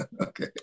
Okay